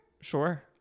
Sure